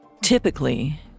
Typically